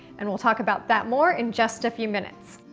and we'll talk about that more in just a few minutes.